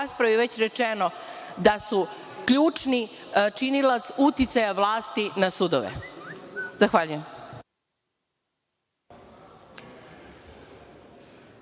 ovoj raspravi već rečeno da su ključni činilac uticaja vlasti na sudove. Zahvaljujem.